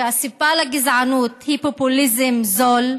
שהסיבה לגזענות היא פופוליזם זול,